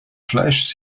fleisch